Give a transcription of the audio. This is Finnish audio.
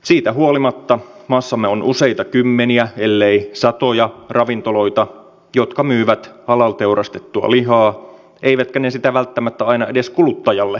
siitä huolimatta maassamme on useita kymmeniä ellei satoja ravintoloita jotka myyvät halal teurastettua lihaa eivätkä ne sitä välttämättä aina edes kuluttajalle kysyttäessä ilmoita